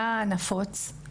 מה הנפוץ?